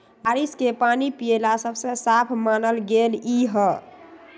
बारिश के पानी पिये ला सबसे साफ मानल गेलई ह